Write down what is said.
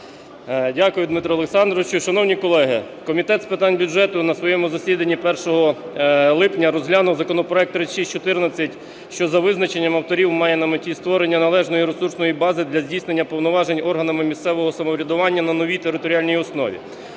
Дякую, Дмитре Олександровичу. Шановні колеги, Комітет з питань бюджету на своєму засідання 1 липня розглянув законопроект 3614, що за визначенням авторів має на меті створення належної ресурсної бази для здійснення повноважень органами місцевого самоврядування на новій територіальній основі.